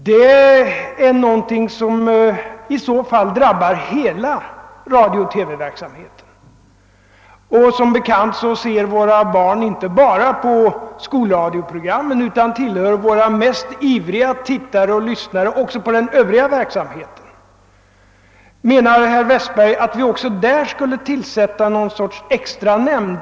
Detta är något som i så fall drabbar hela radiooch TV-verksamheten. Som bekant ser våra baärn inte 'bara på skolradioprogrammen utan tillhör våra mest ivriga tittare och lyssnare även i fråga om den övriga verk samheten. Menar herr Westberg att vi även där skulle tillsätta något slags extranämnd?